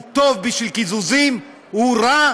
הוא טוב בשביל קיזוזים, הוא רע